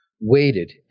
waited